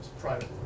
private